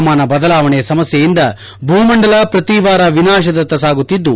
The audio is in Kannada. ಪವಾಮಾನ ಬದಲಾವಣೆ ಸಮಸ್ಲೆಯಿಂದ ಭೂಮಂಡಲ ಶ್ರತಿವಾರ ವಿನಾಶದತ್ತ ಸಾಗುತ್ತಿದ್ದು